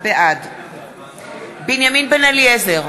בעד בנימין בן-אליעזר,